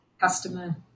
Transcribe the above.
customer